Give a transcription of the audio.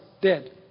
dead